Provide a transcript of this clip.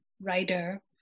writer